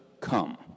come